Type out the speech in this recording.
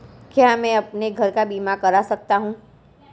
क्या मैं अपने घर का बीमा करा सकता हूँ?